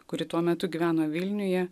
kuri tuo metu gyveno vilniuje